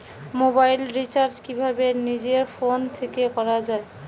Mobile recharge কিভাবে নিজের phone থেকে করা য়ায়?